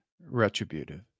retributive